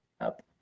up